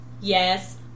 yes